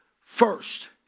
first